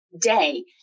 day